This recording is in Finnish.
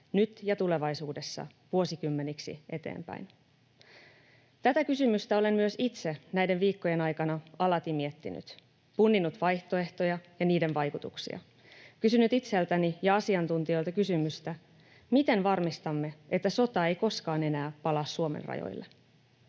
nyt ja tulevaisuudessa vuosikymmeniksi eteenpäin. Tätä kysymystä olen myös itse näiden viikkojen aikana alati miettinyt, punninnut vaihtoehtoja ja niiden vaikutuksia, kysynyt itseltäni ja asiantuntijoilta kysymystä: miten varmistamme, että sota ei koskaan enää palaa Suomen rajoille?